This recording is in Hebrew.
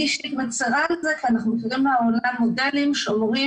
אני אישית מצרה על זה כי אנחנו רואים בעולם מודלים שאומרים